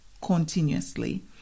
continuously